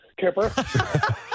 Kipper